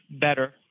better